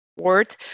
word